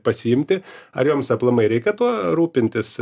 pasiimti ar joms aplamai reikia tuo rūpintis